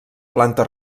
planta